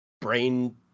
brain